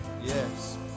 Yes